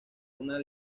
una